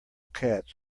cats